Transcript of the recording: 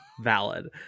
valid